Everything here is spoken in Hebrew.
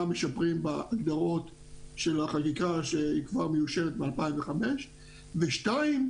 משפרים בהגדרות של החקיקה שהיא כבר מאושרת מ-2005 ודבר שני,